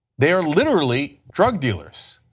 they are literally drug dealers.